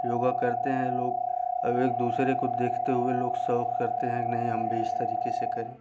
योग करते हैं लोग अब एक दूसरे को देखते हुए लोग शौक करते हैं कि नहीं हम भी इस तारिके से करें